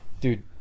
dude